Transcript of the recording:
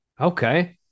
Okay